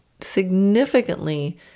significantly